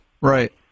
Right